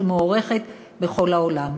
שמוערכת בכל העולם.